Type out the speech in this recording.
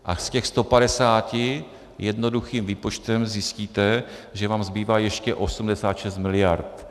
A z těch 150 jednoduchým výpočtem zjistíte, že vám zbývá ještě 86 miliard.